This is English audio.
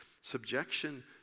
Subjection